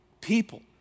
people